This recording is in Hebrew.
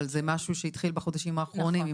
אבל זה משהו שהתחיל בחודשים האחרונים,